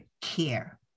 care